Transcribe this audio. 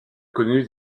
connu